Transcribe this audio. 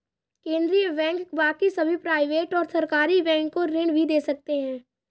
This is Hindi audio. केन्द्रीय बैंक बाकी सभी प्राइवेट और सरकारी बैंक को ऋण भी दे सकते हैं